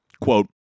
quote